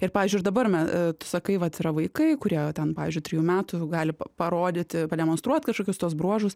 ir pavyzdžiui ir dabar na tu sakai vat yra vaikai kurie ten pavyzdžiui trejų metų gali parodyti pademonstruot kažkokius tuos bruožus